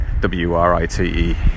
W-R-I-T-E